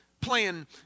plan